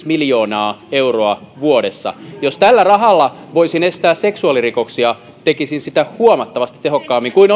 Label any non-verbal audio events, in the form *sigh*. *unintelligible* miljoonaa euroa vuodessa jos tällä rahalla voisin estää seksuaalirikoksia tekisin sitä huomattavasti tehokkaammin kuin *unintelligible*